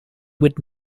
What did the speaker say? would